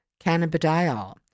cannabidiol